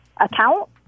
account